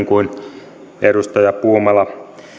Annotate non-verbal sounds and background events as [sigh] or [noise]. [unintelligible] kuin edustaja puumala